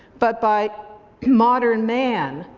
but by modern man.